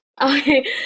okay